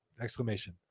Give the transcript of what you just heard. Exclamation